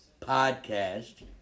podcast